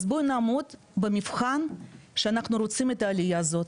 אז בוא נעמוד במבחן שאנחנו רוצים את העלייה הזאת,